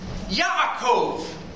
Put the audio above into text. Yaakov